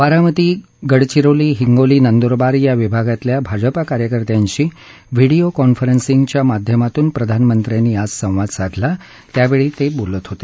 बारामती गडचिरोली हिंगोली नंदूरबार या विभागातल्या भाजपा कार्यकर्त्यांशी व्हिडिओ कॉन्फरन्सिंगद्वारा प्रधानमंत्र्यांनी आज संवाद साधला त्या वेळी त्या बोलत होते